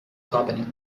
happening